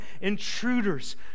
intruders